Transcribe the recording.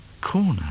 corner